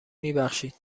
میبخشید